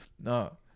No